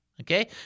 Okay